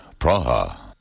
Praha